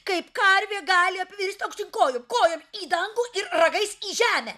kaip karvė gali apvirsti aukštyn kojom kojom į dangų ir ragais į žemę